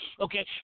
okay